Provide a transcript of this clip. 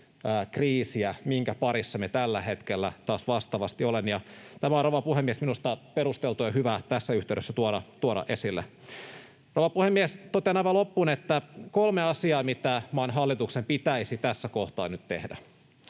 kriisiä, minkä parissa me tällä hetkellä taas vastaavasti olemme. Tämä on, rouva puhemies, minusta perusteltua ja hyvä tässä yhteydessä tuoda esille. Rouva puhemies! Totean aivan loppuun, että on kolme asiaa, mitä maan hallituksen pitäisi tässä kohtaa nyt tehdä: